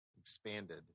expanded